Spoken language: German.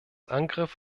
angriff